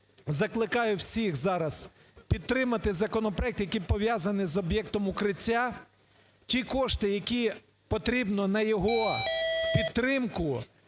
закликаю всіх зараз підтримати законопроект, який пов'язаний з об'єктом "Укриття". Ті кошти, які потрібно на його підтримку